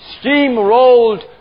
steamrolled